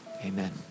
amen